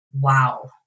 Wow